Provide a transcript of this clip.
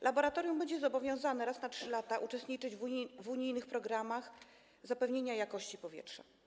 Laboratorium będzie zobowiązane raz na 3 lata uczestniczyć w unijnych programach zapewnienia jakości powietrza.